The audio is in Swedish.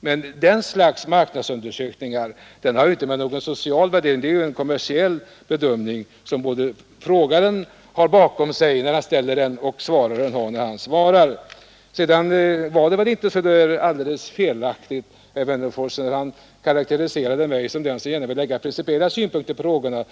Men en sådan marknadsundersökning har ju ingenting med en social värdering att göra. Det är en kommersiell bedömning, som både frågaren har bakom sig när han framställer frågan och svararen när han svarar på frågan. Slutligen var det inte alldeles fel när herr Wennerfors karakteriserade mig som en person som gärna lägger principiella synpunkter på frågorna.